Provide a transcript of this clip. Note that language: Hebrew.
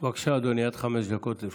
דקות לרשותך.